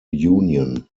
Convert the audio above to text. union